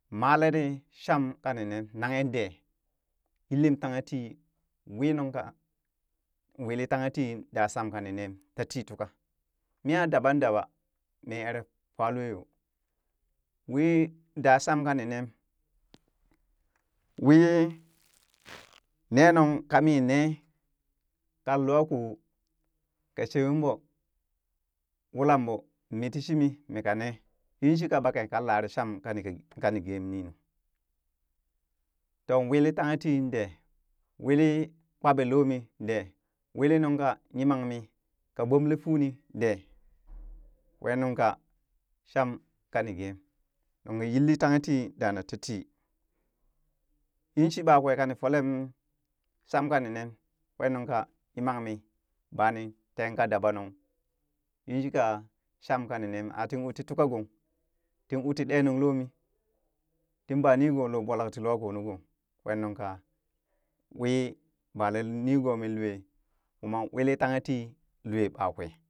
Malee ni sham kani nanghe dee yilim tanghe tii wii nungka wili tanghe tii daa sham kani nem tatii tuka mii aa daban daba mii eree fa loo yoo wii da sham kani nem wii nee nuŋ kami nee ka lwa koo ka shewem ɓo wulam ɓo mi ti shimi mika nee, yinshika ɓake kan lare sham ka ni ka kani geem ninu, too wiili tanghe tii dee, willi kpaɓe loo min dee wili nunka yimanmi ka gbomele fuu nin dee, kwee nuŋ ka shamm kani geem nung yilli tanghe tii dana tatii yinshi ɓakwe kani folem sham kani nem kwee nunka yimanmii bani tee ka dabanung yinshi ka sham kana nem atin uu ti tuka gong tin u ti ɗee nuŋ loo mi tin banigoo lo ɓwalak ti lwa koo nu gong, kwee nuŋ ka wii balaa nigomin lwe kuman wili tanghe ti lwe ɓakwee